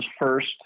first